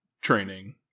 training